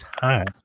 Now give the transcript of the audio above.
time